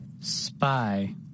spy